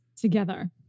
together